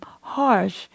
harsh